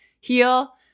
Heal